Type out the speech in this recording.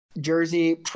jersey